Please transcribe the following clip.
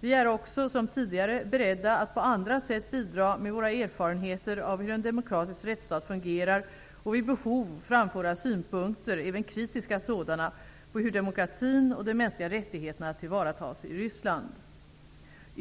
Vi är också, som tidigare, beredda att på andra sätt bidra med våra erfarenheter av hur en demokratisk rättsstat fungerar och vid behov framföra våra synpunkter, även kritiska sådana, på hur demokratin och de mänskliga rättigheterna tillvaratas i Ryssland.